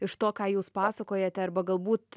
iš to ką jūs pasakojat arba galbūt